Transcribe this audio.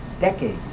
Decades